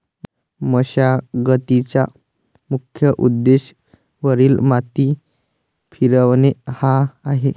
मशागतीचा मुख्य उद्देश वरील माती फिरवणे हा आहे